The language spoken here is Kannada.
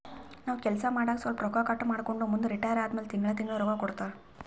ನಾವ್ ಕೆಲ್ಸಾ ಮಾಡಾಗ ಸ್ವಲ್ಪ ರೊಕ್ಕಾ ಕಟ್ ಮಾಡ್ಕೊಂಡು ಮುಂದ ರಿಟೈರ್ ಆದಮ್ಯಾಲ ತಿಂಗಳಾ ತಿಂಗಳಾ ರೊಕ್ಕಾ ಕೊಡ್ತಾರ